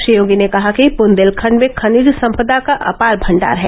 श्री योगी ने कहा कि ब्देलखंड में खनिज संपदा का अपार भंडार है